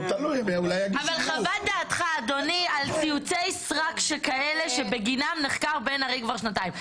אבל חוות דעתך אדוני על ציוצי סרק שכאלה שבגינם נחקר בן ארי כבר שנתיים,